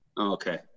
Okay